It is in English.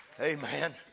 Amen